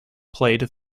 played